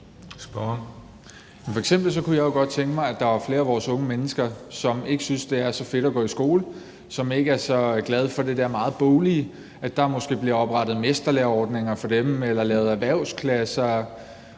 F.eks. kunne jeg jo godt tænke mig, at der for flere af vores unge mennesker, som ikke synes, det er så fedt at gå i skole, som ikke er så glade for det der meget boglige, måske bliver oprettet mesterlæreordninger eller lavet erhvervsklasser,